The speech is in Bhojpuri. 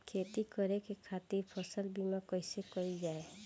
खेती करे के खातीर फसल बीमा कईसे कइल जाए?